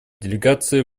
делегация